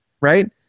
right